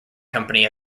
company